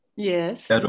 Yes